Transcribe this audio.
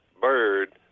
bird